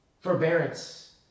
forbearance